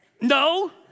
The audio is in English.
no